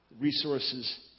resources